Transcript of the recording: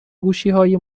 گوشیهای